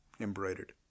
Embroidered